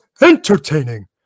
entertaining